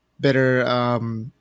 better